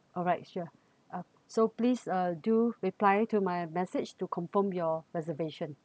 alright sure uh so please uh do reply to my message to confirm your reservation